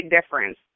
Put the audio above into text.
difference